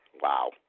wow